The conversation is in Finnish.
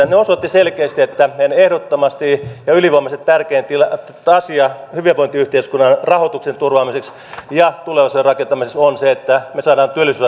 ne osoittivat selkeästi että meidän ehdottomasti ja ylivoimaisesti tärkein asiamme hyvinvointiyhteiskunnan rahoituksen turvaamiseksi ja tulevaisuuden rakentamiseksi on se että me saamme työllisyysasteen nousemaan